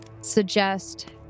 suggest